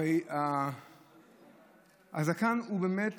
הרי הזקן הוא באמת